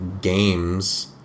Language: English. games